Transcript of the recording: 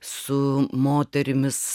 su moterimis